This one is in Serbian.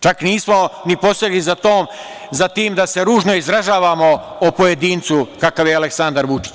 Čak nismo ni posegli za tim da se ružno izražavamo o pojedincu kakav je Aleksandar Vučić.